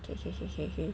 K K K K K